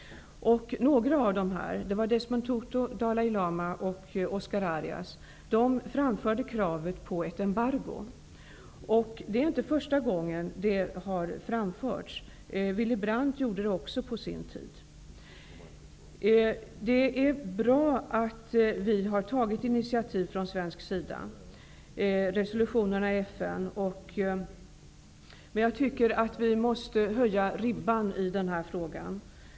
Några av de här pristagarna, Desmond Tutu, Dalai Lama och Oscar Arias, framförde kravet på embargo. Det är inte första gången det har framförts. Willy Brandt gjorde det också på sin tid. Det är bra att vi från svensk sida har tagit initiativ; resolutionerna i FN. Men jag tycker att vi måste höja ribban i den här frågan.